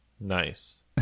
Nice